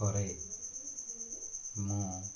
କରେ ମୁଁ